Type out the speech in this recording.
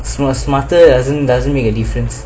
smarter doesn't doesn't make a difference